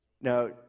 Now